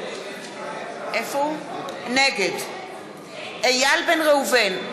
נגד איל בן ראובן,